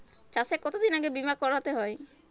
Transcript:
চাষে কতদিন আগে বিমা করাতে হয়?